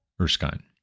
Erskine